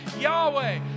Yahweh